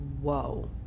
Whoa